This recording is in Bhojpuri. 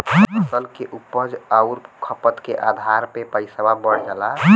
फसल के उपज आउर खपत के आधार पे पइसवा बढ़ जाला